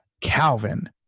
Calvin